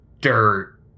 dirt